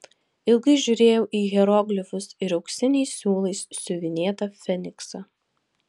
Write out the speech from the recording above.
ilgai žiūrėjau į hieroglifus ir auksiniais siūlais siuvinėtą feniksą